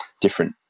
different